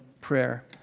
prayer